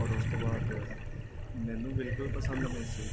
ਔਰ ਉਸ ਤੋਂ ਬਾਅਦ ਮੈਨੂੰ ਬਿਲਕੁਲ ਪਸੰਦ ਨਹੀਂ ਸੀ